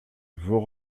vaux